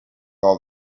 all